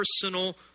personal